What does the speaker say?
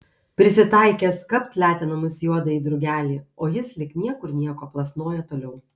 prisitaikęs kapt letenomis juodąjį drugelį o jis lyg niekur nieko plasnoja toliau